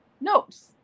notes